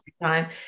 time